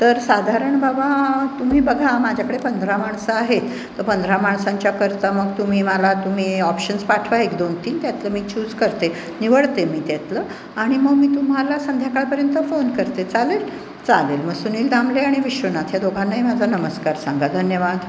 तर साधारण बाबा तुम्ही बघा माझ्याकडे पंधरा माणसं आहेत तर पंधरा माणसांच्याकरता मग तुम्ही मला तुम्ही ऑप्शन्स पाठवा एक दोन तीन त्यातलं मी चूज करते निवडते मी त्यातलं आणि मी तुम्हाला संध्याकाळपर्यंत फोन करते चालेल चालेल मग सुनील दामले आणि विश्वनाथ ह्या दोघांनाही माझा नमस्कार सांगा धन्यवाद